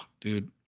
dude